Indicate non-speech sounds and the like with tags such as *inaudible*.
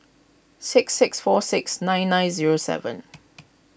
six six four six nine nine zero seven *noise*